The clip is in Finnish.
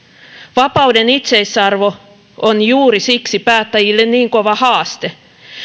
vapauden itseisarvo on juuri siksi päättäjille niin kova haaste